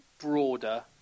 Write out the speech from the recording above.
broader